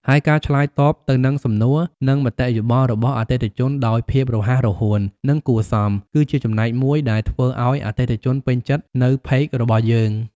ហើយការឆ្លើយតបទៅនឹងសំណួរ និងមតិយោបល់របស់អតិថិជនដោយភាពរហ័សរហួន និងគួរសម គឺជាចំណែកមួយដែរធ្វើឲ្យអតិថិជនពេញចិត្តនៅផេករបស់យើង។